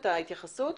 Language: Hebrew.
את ההתייחסות?